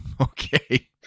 okay